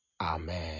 amen